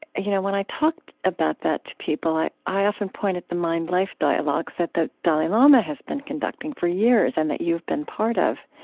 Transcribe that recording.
you know, when i talked about that to people, i i often point at the mind-life dialogues that the dalai lama has been conducting for years and that you have been part of.